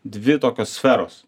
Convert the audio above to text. dvi tokios sferos